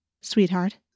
sweetheart